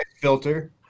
filter